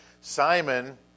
Simon